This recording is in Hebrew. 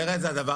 הכותרת זה הדבר